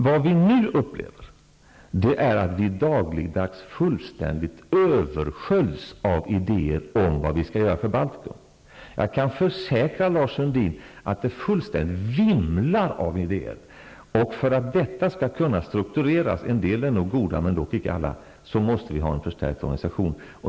Vad vi nu upplever är att vi dagligdags fullständigt översköljs av idéer om vad vi skall göra för Baltikum. Jag kan försäkra Lars Sundin om att det fullständigt vimlar av idéer. För att detta skall kunna struktureras -- en del av idéerna är nog goda, men dock icke alla -- måste vi ha en förstärkt organisation.